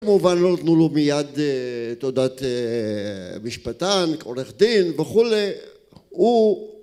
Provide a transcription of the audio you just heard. כמובן לא נתנו לו מיד תעודת משפטן, עורך דין, וכולי, הוא